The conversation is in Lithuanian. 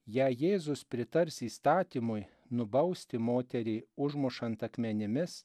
jei jėzus pritars įstatymui nubausti moterį užmušant akmenimis